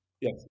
yes